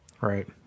right